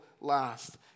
last